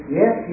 yes